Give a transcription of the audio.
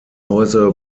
häuser